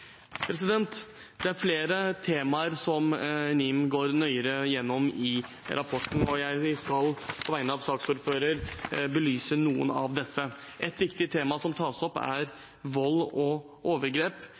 NIM går nøyere gjennom flere temaer i rapporten, og jeg skal på vegne av saksordføreren belyse noen av disse. Ett viktig tema som tas opp,